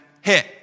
hit